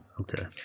okay